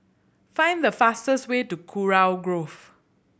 find the fastest way to Kurau Grove